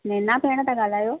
मैना भेण ता ॻाल्हायो